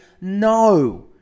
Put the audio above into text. No